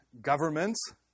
governments